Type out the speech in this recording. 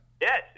Yes